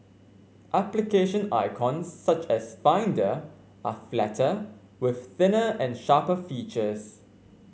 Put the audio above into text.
application icons such as Finder are flatter with thinner and sharper features